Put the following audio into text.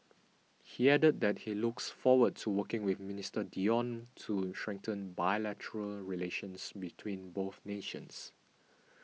he added that he looks forward to working with Minister Dion to strengthen bilateral relations between both nations